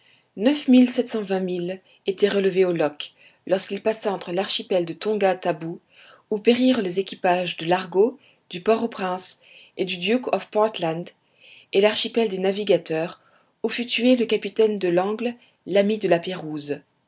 milles étaient relevés au loch lorsqu'il passa entre l'archipel de tonga tabou où périrent les équipages de l'argo du port au prince et du duke of portland et l'archipel des navigateurs où fut tué le capitaine de langle l'ami de la pérouse